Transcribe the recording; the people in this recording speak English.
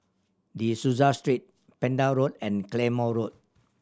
De Souza Street Pender Road and Claymore Road